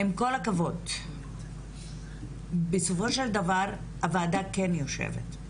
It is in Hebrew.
עם כל הכבוד בסופו של דבר הוועדה כן יושבת,